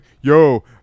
Yo